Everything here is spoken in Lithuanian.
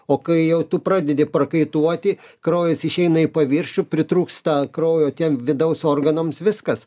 o kai jau tu pradedi prakaituoti kraujas išeina į paviršių pritrūksta kraujo tiem vidaus organams viskas